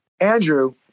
Andrew